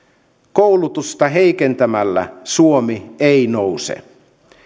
koulutusta heikentämällä suomi ei nouse